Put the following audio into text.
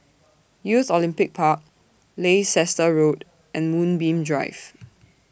Youth Olympic Park Leicester Road and Moonbeam Drive